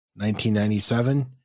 1997